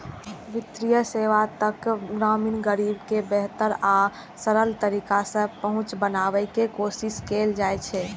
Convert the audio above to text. वित्तीय सेवा तक ग्रामीण गरीब के बेहतर आ सरल तरीका सं पहुंच बनाबै के कोशिश कैल जाइ छै